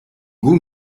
goûts